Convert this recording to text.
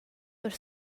per